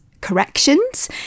Corrections